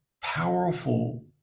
powerful